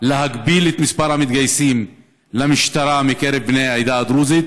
להגביל את מספר המתגייסים למשטרה מקרב בני העדה הדרוזית,